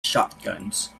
shotguns